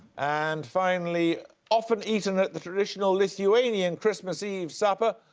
and finally, often eaten at the traditional lithuanian christmas eve supper,